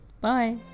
Bye